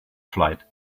flight